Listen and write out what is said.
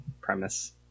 premise